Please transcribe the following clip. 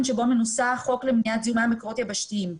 שבו מנוסח חוק למניעת זיהום מים ממקורות יבשתיים.